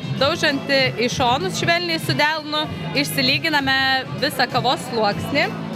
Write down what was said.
daužant į šonus švelniai su delnu išsilyginame visą kavos sluoksnį